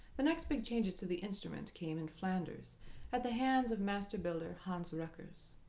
the next big changes to the instrument came in flanders at the hands of master builder hans ruckers.